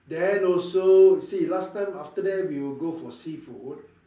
then also see last time after that we would go for seafood